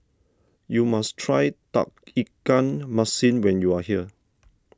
you must try Tauge Ikan Masin when you are here